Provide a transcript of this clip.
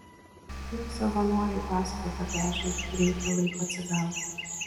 jos savanoriai pasakoja kad ežiui reikia laiko atsigauti